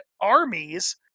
armies